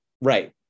Right